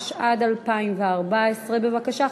התשע"ד 2014. בבקשה,